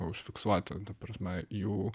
užfiksuoti ta prasme jų